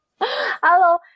Hello